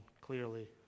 clearly